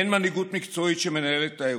אין מנהיגות מקצועית שמנהלת את האירוע,